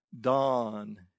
Dawn